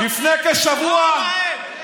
לפני כשבוע,